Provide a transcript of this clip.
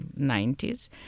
90s